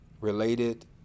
related